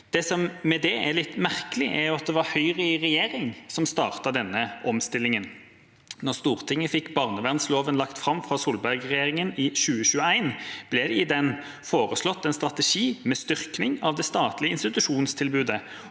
Det som er litt merkelig med det, er at det var Høyre i regjering som startet denne omstillingen. Da Stortinget fikk barnevernsloven lagt fram fra Solberg-regjeringa i 2021, ble det i den foreslått en strategi med styrking av det statlige institusjonstilbudet